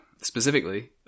Specifically